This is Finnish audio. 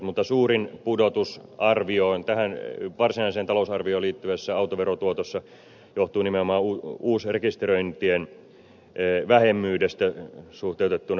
mutta suurin pudotusarvio tähän varsinaiseen talousarvioon liittyvässä autoverotuotossa johtuu nimenomaan uusrekisteröintien vähäisyydestä suhteutettuna arvioon